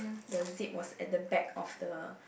the zip was at the back of the